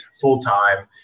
full-time